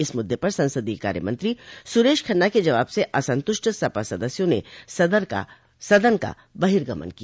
इस मुद्दे पर संसदीय कार्यमंत्री सुरेश खन्ना के जवाब से असंतुष्ट सपा सदस्यों ने सदन का बर्हिगमन किया